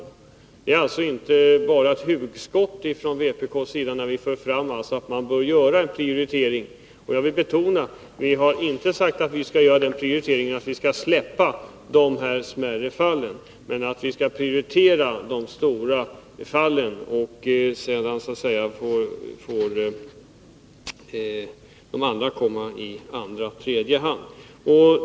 Det är alltså inte bara ett hugskott från vpk:s sida när vi för fram att man bör göra en prioritering. Jag vill betona att vi inte har sagt att vi skall göra den prioriteringen att man skall släppa de smärre fallen, men de stora fallen skall prioriteras, och sedan får de övriga komma i andra och tredje hand.